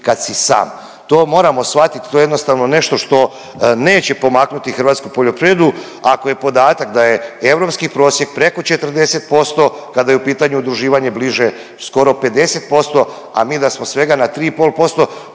kad si sam. To moramo shvatiti. To je jednostavno nešto što neće pomaknuti hrvatsku poljoprivredu, ako je podatak da je europski prosjek preko 40% kada je u pitanju udruživanje bliže skoro 50%, a mi da smo svega na 3,5%